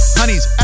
honeys